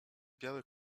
biały